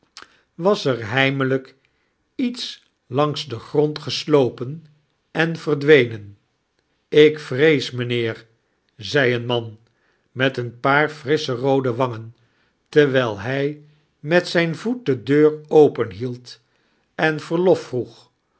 was er heim'elijk iets langs den grond geslopen en verdwenen ik vrees mijnheer zei een man met een paar frissche roode wangen terwijl hij met zijn voet de deur openhield en verlof vroeg